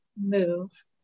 move